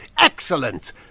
Excellent